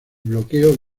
bloqueo